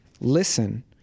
listen